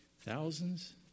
thousands